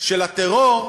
של הטרור,